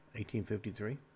1853